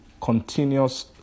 continuous